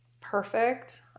perfect